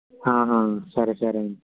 సరే సరేండి